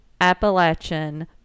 Appalachian